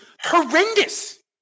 horrendous